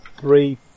three